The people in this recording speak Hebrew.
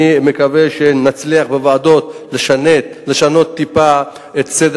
אני מקווה שנצליח בוועדות לשנות טיפה את סדר